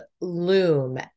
Loom